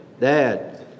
Dad